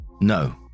No